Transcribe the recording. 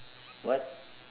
what